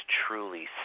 truly